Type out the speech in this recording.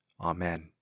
Amen